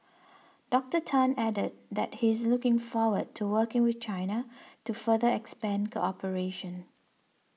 Doctor Tan added that he is looking forward to working with China to further expand cooperation